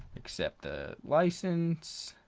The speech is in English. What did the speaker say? accept the license,